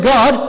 God